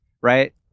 Right